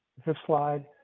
this slide